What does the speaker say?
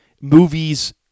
movies